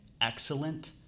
excellent